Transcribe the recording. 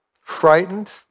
frightened